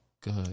good